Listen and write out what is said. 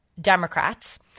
Democrats